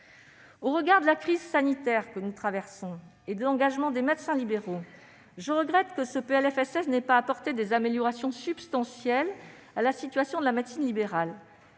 Au regard de la crise sanitaire que nous traversons et de l'engagement des médecins libéraux, je regrette que ce PLFSS n'ait pas apporté d'améliorations substantielles à la situation de la médecine libérale.